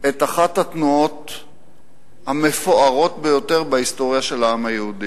את אחת התנועות המפוארות ביותר בהיסטוריה של העם היהודי.